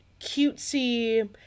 cutesy